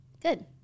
Good